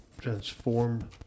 Transform